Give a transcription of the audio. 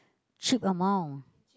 cheap amount